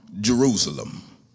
Jerusalem